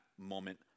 moment